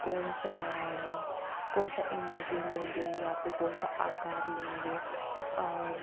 कौन सा कौन सा इमोज़ी लोगे या फिर कौन सा आकार लेंगे और